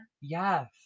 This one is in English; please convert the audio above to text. Yes